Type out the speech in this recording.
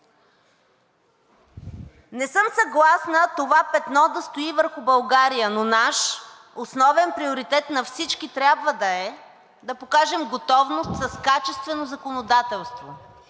Не съм съгласна това петно да стои върху България, но наш основен приоритет, на всички, трябва да е да покажем готовност с качествено законодателство.